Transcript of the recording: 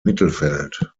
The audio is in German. mittelfeld